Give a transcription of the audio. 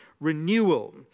renewal